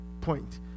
point